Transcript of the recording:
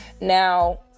Now